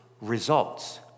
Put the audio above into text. results